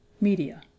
media